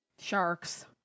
Sharks